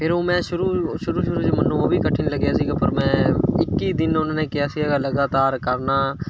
ਫਿਰ ਉਹ ਮੈਂ ਸ਼ੁਰੂ ਸ਼ੁਰੂ ਸ਼ੁਰੂ 'ਚ ਮੈਨੂੰ ਉਹ ਵੀ ਕਠਿਨ ਲੱਗਿਆ ਸੀਗਾ ਪਰ ਮੈਂ ਇੱਕੀ ਦਿਨ ਉਹਨਾਂ ਨੇ ਕਿਹਾ ਸੀਗਾ ਲਗਾਤਾਰ ਕਰਨਾ